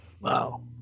wow